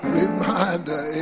reminder